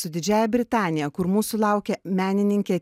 su didžiąja britanija kur mūsų laukia menininkė